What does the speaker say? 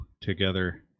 together